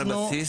אלא על בסיס?